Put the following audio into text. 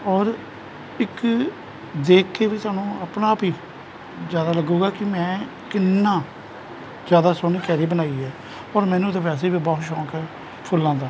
ਔਰ ਇੱਕ ਦੇਖ ਕੇ ਵੀ ਤੁਹਾਨੂੰ ਆਪਣੇ ਆਪ ਹੀ ਜ਼ਿਆਦਾ ਲਗੂਗਾ ਕਿ ਮੈਂ ਕਿੰਨਾ ਜ਼ਿਆਦਾ ਸੋਹਣੀ ਕਿਆਰੀ ਬਣਾਈ ਹੈ ਔਰ ਮੈਨੂੰ ਤਾਂ ਵੈਸੇ ਵੀ ਬਹੁਤ ਸ਼ੌਂਕ ਹੈ ਫੁੱਲਾਂ ਦਾ